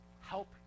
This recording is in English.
Help